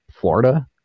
Florida